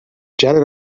jetted